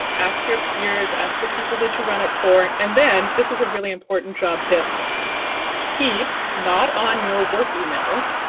ask your peers, ask the people you run it for, and then this is a really important job tip keep, not on your work email,